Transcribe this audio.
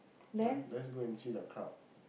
ya let's go and see the crowd